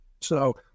So-